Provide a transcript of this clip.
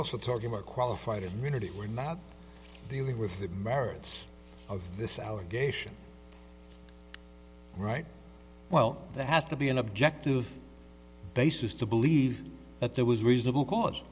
also talking about qualified immunity we're not dealing with the merits of this allegation right well there has to be an objective basis to believe that there was reasonable c